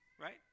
right